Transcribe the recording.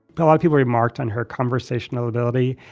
but well, people remarked on her conversational ability,